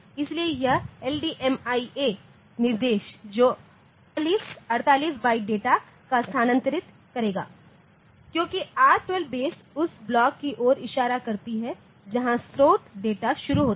इसलिए यह LDMIA निर्देश जो 48 बाइट्स डेटा को स्थानांतरित करेगा क्योंकि R12 बेस उस ब्लॉक की ओर इशारा करता है जहां स्रोत डेटा शुरू होता है